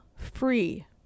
free